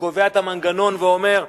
שקובע את המנגנון ואומר: